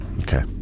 Okay